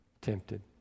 tempted